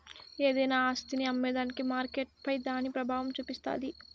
ఏదైనా ఆస్తిని అమ్మేదానికి మార్కెట్పై దాని పెబావం సూపిస్తాది